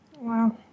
Wow